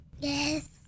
Yes